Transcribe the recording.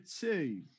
two